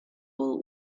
fool